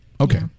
Okay